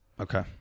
Okay